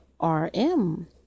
rm